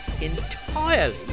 entirely